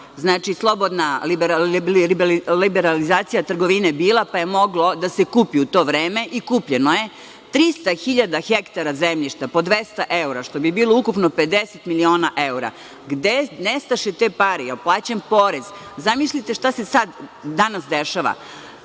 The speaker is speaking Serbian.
znači slobodna liberalizacija trgovine bila, pa je moglo da se kupi u to vreme, i kupljeno je, 300.000 hektara zemljišta po 200 evra, što bi bilo ukupno 50 miliona evra. Gde nestaše te pare, da li je plaćen porez? Zamislite šta se danas dešava,